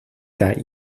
that